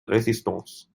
résistance